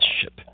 ship